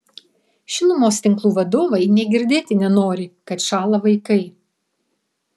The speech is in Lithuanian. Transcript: šilumos tinklų vadovai nė girdėti nenori kad šąla vaikai